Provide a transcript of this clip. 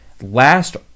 Last